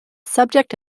subject